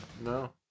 no